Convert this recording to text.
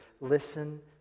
Listen